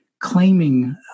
claiming